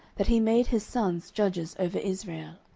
that he made his sons judges over israel.